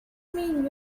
mean